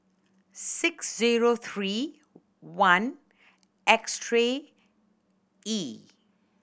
six zero three one X three E